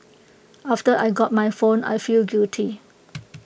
after I got my phone I feel guilty